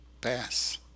pass